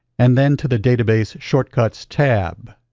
and then to the database shortcuts tab.